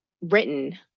written